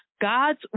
God's